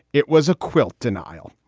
it was a quilt, denial,